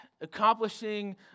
Accomplishing